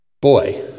Boy